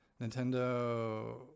nintendo